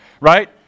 Right